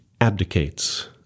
abdicates